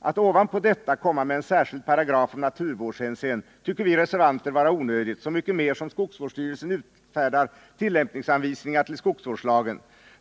Att ovanpå detta komma med en särskild paragraf om naturvårdshänsyn tycker vi reservanter är onödigt, i synnerhet som skogsvårdsstyrelsen utfärdar tillämpningsanvisningar till skogsvårdslagen.